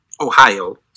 Ohio